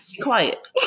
Quiet